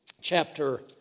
chapter